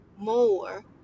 more